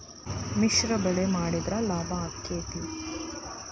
ಮಿಶ್ರ ಬೆಳಿ ಮಾಡಿದ್ರ ಲಾಭ ಆಕ್ಕೆತಿ?